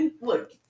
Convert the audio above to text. Look